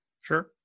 Sure